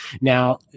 Now